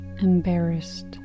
embarrassed